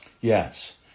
Yes